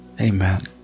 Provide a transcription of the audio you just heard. Amen